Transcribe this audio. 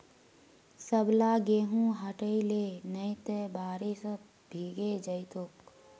सबला गेहूं हटई ले नइ त बारिशत भीगे जई तोक